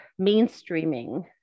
mainstreaming